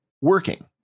working